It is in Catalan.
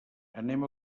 anem